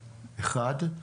אחד.